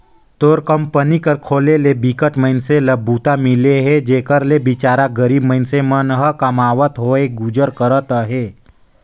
तोर कंपनी कर खोले ले बिकट मइनसे ल बूता मिले हे जेखर ले बिचार गरीब मइनसे मन ह कमावत होय गुजर करत अहे